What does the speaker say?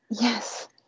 Yes